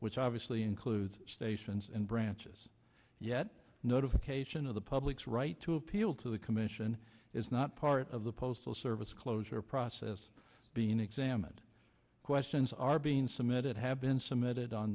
which obviously includes stations and branches yet notification of the public's right to appeal to the commission is not part of the postal service closure process being examined questions are being submitted have been submitted on